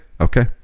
Okay